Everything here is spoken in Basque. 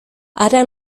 hara